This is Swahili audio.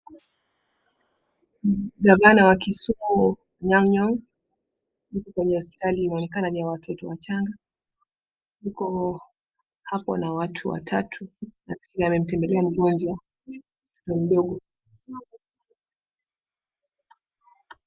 Gavana wa kisumu Anyang' Nyong'o yuko kwenye hospitali imeonekana ni ya watoto wachanga, yuko hapo na watu watatu lakini amemtembelea mgonjwa ni mdogo.